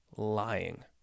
lying